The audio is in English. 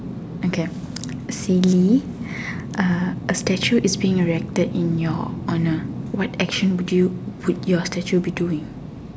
okay silly uh a statue is being erected in your honour what action would you would your statue be doing